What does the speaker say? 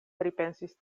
pripensis